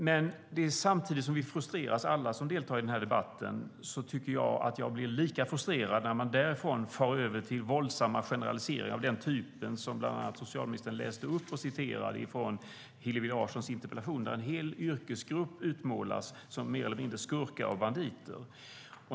Men samtidigt som alla vi som deltar i debatten är frustrerade blir jag lika frustrerad när man därifrån far över till våldsamma generaliseringar av den typ som bland annat socialministern läste upp och citerade från Hillevi Larssons interpellation. Där utmålas en hel yrkesgrupp mer eller mindre som skurkar och banditer.